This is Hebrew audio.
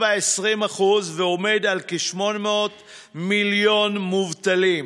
ה-20% ועומד על כ-800,000 מובטלים,